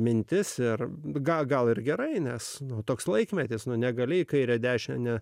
mintis ir gal gal ir gerai nes toks laikmetis nuo negali į kairę dešinę ne